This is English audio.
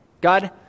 God